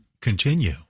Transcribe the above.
continue